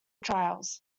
trials